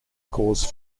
cause